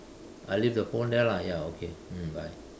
I leave the phone there lah ya okay mm bye